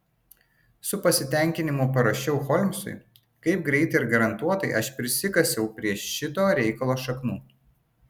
su pasitenkinimu parašiau holmsui kaip greit ir garantuotai aš prisikasiau prie šito reikalo šaknų